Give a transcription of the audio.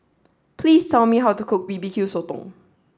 please tell me how to cook B B Q Sotong